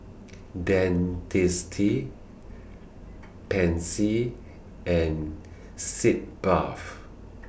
Dentiste Pansy and Sitz Bath